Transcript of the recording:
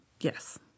yes